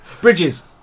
Bridges